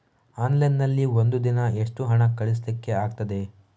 Online ನಲ್ಲಿ ಒಂದು ದಿನ ಎಷ್ಟು ಹಣ ಕಳಿಸ್ಲಿಕ್ಕೆ ಆಗ್ತದೆ?